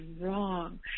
wrong